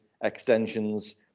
extensions